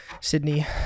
Sydney